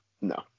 No